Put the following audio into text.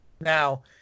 Now